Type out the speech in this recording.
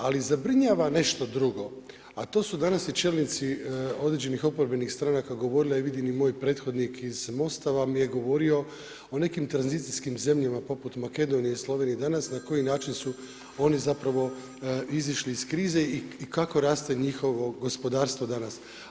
Ali zabrinjava nešto drugo, a to su danas čelnici određenih oporbenih stranka govorili, a vidim iz moj prethodnik iz Most-a vam je govorio o nekim tranzicijskim zemljama poput Makedonije i Slovenije danas na koji način su oni izišli iz krize i kako raste njihovo gospodarstvo danas.